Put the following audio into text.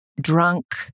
drunk